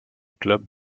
club